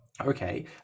okay